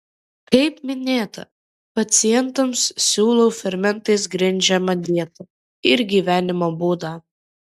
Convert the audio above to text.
kaip minėta pacientams siūlau fermentais grindžiamą dietą ir gyvenimo būdą